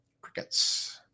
Crickets